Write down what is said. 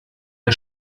der